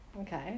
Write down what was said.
okay